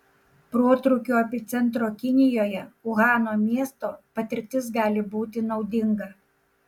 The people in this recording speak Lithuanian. protrūkio epicentro kinijoje uhano miesto patirtis gali būti naudinga